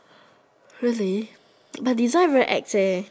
really the design very ex eh